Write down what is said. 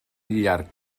llarg